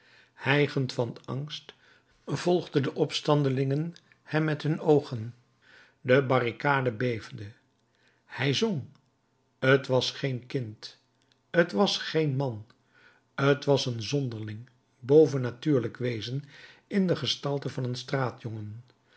hijgend van angst volgden de opstandelingen hem met hun oogen de barricade beefde hij zong t was geen kind t was geen man t was een zonderling bovennatuurlijk wezen in de gestalte van een